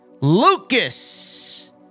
Lucas